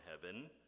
heaven